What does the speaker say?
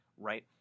right